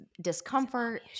discomfort